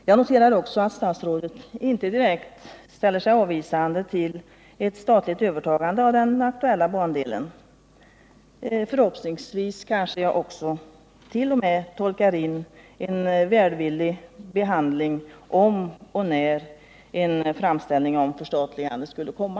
Jag noterar också att statsrådet inte direkt ställer sig avvisande till ett statligt övertagande av den aktuella bandelen. Kanske jagt.o.m. kan tolka in en välvillig behandling om och när en framställning om förstatligande skulle komma.